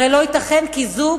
הרי לא ייתכן כי זוג